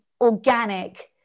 organic